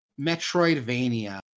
Metroidvania